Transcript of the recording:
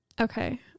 okay